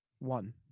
One